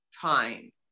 time